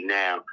now